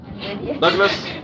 Douglas